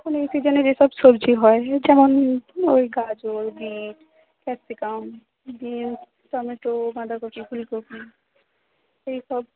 এখন এই সিজেনে যেসব সবজি হয় যেমন ওই গাজর বিট ক্যাপসিকাম বিনস টমেটো বাঁধাকপি ফুলকপি এইসব